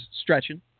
stretching